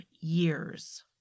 years